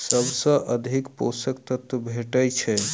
सबसँ अधिक पोसक तत्व भेटय छै?